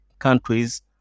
Countries